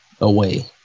away